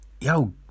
yo